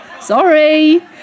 Sorry